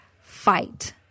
fight